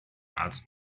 arzt